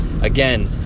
again